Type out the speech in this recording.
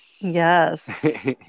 Yes